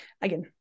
again